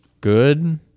good